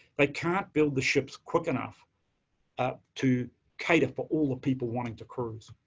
they can't build the ships quick enough ah to cater for all the people wanting to cruise.